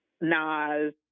Nas